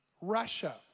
Russia